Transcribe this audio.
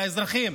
לאזרחים.